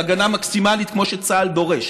בהגנה מקסימלית כמו שצה"ל דורש.